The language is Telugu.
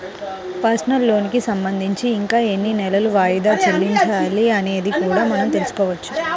పర్సనల్ లోనుకి సంబంధించి ఇంకా ఎన్ని నెలలు వాయిదాలు చెల్లించాలి అనేది కూడా మనం తెల్సుకోవచ్చు